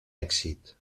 èxit